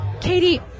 Katie